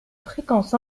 fréquence